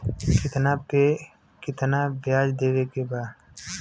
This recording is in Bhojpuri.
कितना पे कितना व्याज देवे के बा?